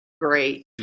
great